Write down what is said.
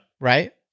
Right